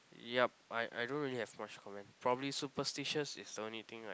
yup I I don't really have much comment probably superstitious is the only thing I